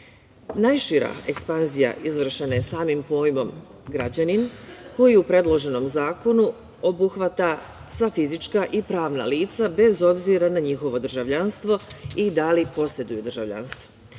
deteta. Najšira ekspanzija izvršena je samim pojmom građanin koji u predloženom zakonu obuhvata sva fizička i pravna lica bez obzira na njihovo državljanstvo i da li poseduju državljanstvo. Značajno